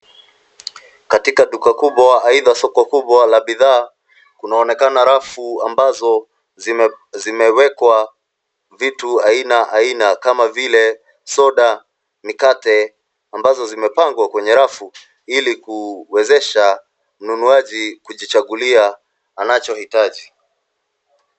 Katika duka kubwa aitha soko kubwa la bidhaa kunaonekana rafu amabazo zimewekwa vitu aina aina kama vile soda mikate ambazo zimepangwa kwenye rafu ili kuwezesha mnunuaji kujichagulia anachohitaji.